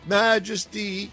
majesty